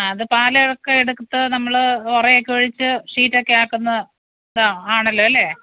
അത് പാലൊക്കെയെടുത്ത് നമ്മള് ഒറയൊക്കെയൊഴിച്ച് ഷീറ്റൊക്കെയാക്കുമ്പോള് ആണല്ലോല്ലേ